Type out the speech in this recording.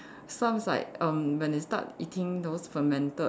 sounds like erm when they start eating those fermented